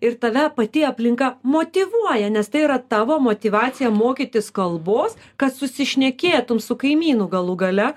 ir tave pati aplinka motyvuoja nes tai yra tavo motyvacija mokytis kalbos kad susišnekėtum su kaimynu galų gale